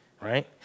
Right